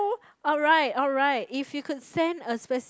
oh alright alright if you could send a speci~